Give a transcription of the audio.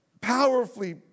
powerfully